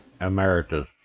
emeritus